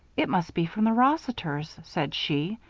it must be from the rossiters, said she.